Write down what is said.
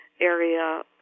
area